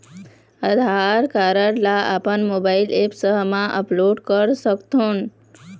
आधार card ला अपन mobile app मा अपलोड कर सकथों?